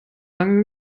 lange